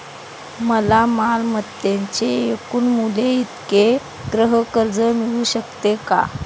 मला मालमत्तेच्या एकूण मूल्याइतके गृहकर्ज मिळू शकेल का?